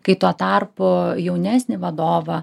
kai tuo tarpu jaunesnį vadovą